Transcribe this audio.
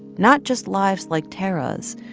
not just lives like tarra's,